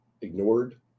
ignored